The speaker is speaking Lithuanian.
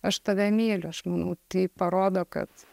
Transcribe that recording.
aš tave myliu aš manau tai parodo kad